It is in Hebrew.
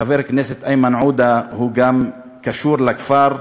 חבר הכנסת איימן עודה גם הוא קשור לכפר,